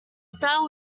style